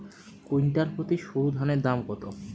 Quintal প্রতি সরুধানের দাম কত?